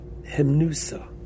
hemnusa